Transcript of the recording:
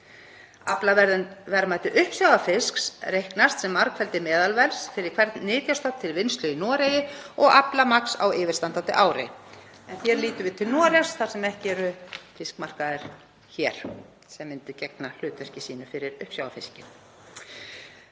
Aflaverðmæti uppsjávarfisks reiknast sem margfeldi meðalverðs fyrir hvern nytjastofn til vinnslu í Noregi og aflamagns á yfirstandandi ári.“ Hér lítum við til Noregs þar sem ekki eru fiskmarkaðir hér sem myndu gegna hlutverki sínu fyrir uppsjávarfiskinn.